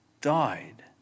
died